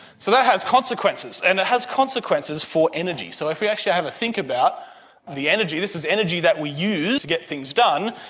so that has consequences, and it has consequences for energy. so if we actually have a think about the energy, this is energy that we use to get things done,